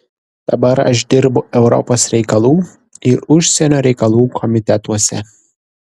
dabar aš dirbu europos reikalų ir užsienio reikalų komitetuose